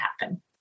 happen